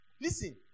Listen